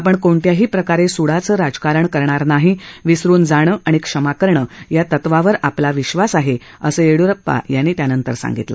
आपण कोणत्याही प्रकारे सुडाचं राजकारण करणार नाही विसरून जाणं आणि क्षमा करणं या तत्वावर आपला विश्वास आहे असं येडीय्रप्पा यांनी सांगितलं